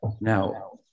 Now